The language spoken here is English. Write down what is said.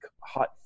hot